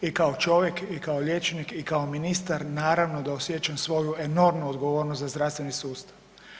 I kao čovjek i kao liječnik i kao ministar naravno da osjećam svoju enormnu odgovornost za zdravstveni sustav.